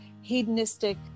hedonistic